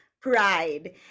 pride